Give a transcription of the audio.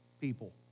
people